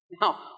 Now